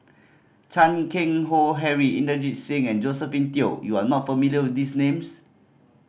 Chan Keng Howe Harry Inderjit Singh and Josephine Teo you are not familiar with these names